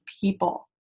people